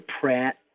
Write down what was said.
Pratt